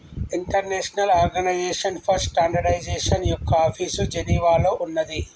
international organization for standardization యొక్క office జెనీవాలో ఉన్నాది